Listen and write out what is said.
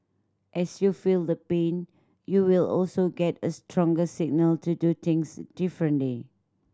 as you feel the pain you will also get a stronger signal to do things differently